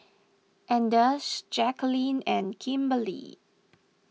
anders Jackeline and Kimberly